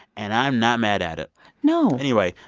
and i'm not mad at it no anyway,